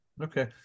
Okay